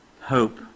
hope